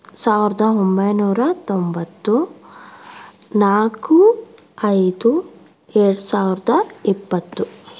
ಸಾವಿರದ ಒಂಬೈನೂರ ತೊಂಬತ್ತನಾಲ್ಕು ಐದು ಎರಡ್ಸಾವ್ರದ ಇಪ್ಪತ್ತು